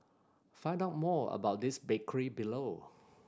find out more about this bakery below